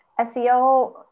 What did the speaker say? SEO